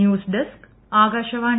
news desk Akashvani